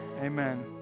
amen